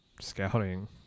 scouting